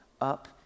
up